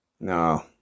no